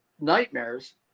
nightmares